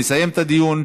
נסיים את הדיון,